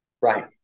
Right